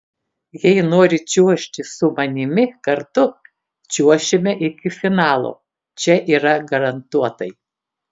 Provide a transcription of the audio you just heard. jei nori čiuožti su manimi kartu čiuošime iki finalo čia yra garantuotai